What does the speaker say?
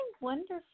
wonderful